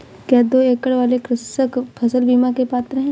क्या दो एकड़ वाले कृषक फसल बीमा के पात्र हैं?